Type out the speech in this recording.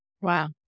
wow